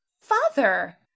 father